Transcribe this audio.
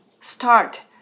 start